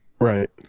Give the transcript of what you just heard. right